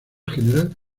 general